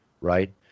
right